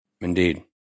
Indeed